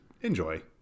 enjoy